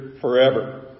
forever